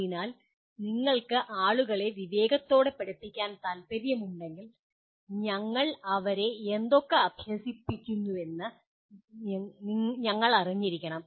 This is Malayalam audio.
അതിനാൽ നിങ്ങൾക്ക് ആളുകളെ വിവേകത്തോടെ പഠിപ്പിക്കാൻ താൽപ്പര്യമുണ്ടെങ്കിൽ ഞങ്ങൾ അവരെ എന്തൊക്കെ അഭ്യസിപ്പിക്കുന്നുവെന്ന് ഞങ്ങൾ അറിഞ്ഞിരിക്കണം